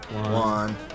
one